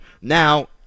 Now